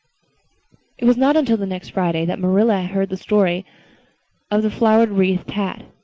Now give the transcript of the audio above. it was not until the next friday that marilla heard the story of the flower-wreathed hat.